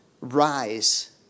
rise